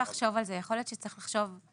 לחשוב על זה, יכול להיות שצריך זה